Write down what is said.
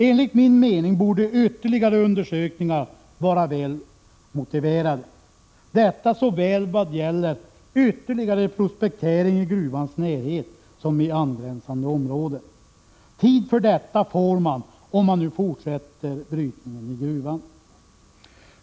Enligt min mening borde ytterligare undersökningar vara väl motiverade, detta vad gäller ytterligare prospektering såväl i gruvans närhet som i angränsande områden. Tid för detta får man om man nu fortsätter brytningen i gruvan.